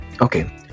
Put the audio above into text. Okay